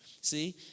See